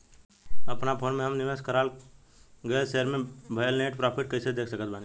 अपना फोन मे हम निवेश कराल गएल शेयर मे भएल नेट प्रॉफ़िट कइसे देख सकत बानी?